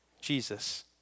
Jesus